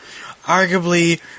Arguably